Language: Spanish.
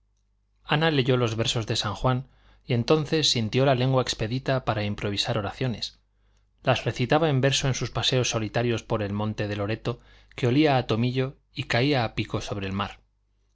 ana leyó los versos de san juan y entonces sintió la lengua expedita para improvisar oraciones las recitaba en verso en sus paseos solitarios por el monte de loreto que olía a tomillo y caía a pico sobre el mar